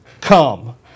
come